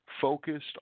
focused